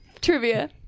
trivia